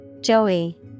Joey